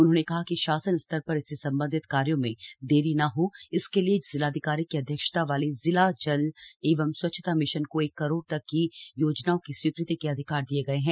उन्होंने कहा कि शासन स्तर पर इससे सम्बन्धित कार्यो में देर न हो इसके लिये जिलाधिकारी की अध्यक्षता वाली जिला जल एवं स्वच्छता मिशन को एक करोड़ तक की योजनाओं की स्वीकृति के अधिकार दिये गए हैं